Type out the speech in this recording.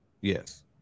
yes